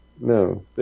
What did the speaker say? No